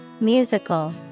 Musical